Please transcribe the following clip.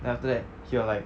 then after that he will like